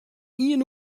ien